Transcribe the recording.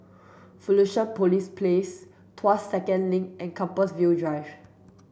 Fusionopolis Place Tuas Second Link and Compassvale Drive